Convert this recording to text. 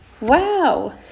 Wow